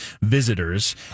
visitors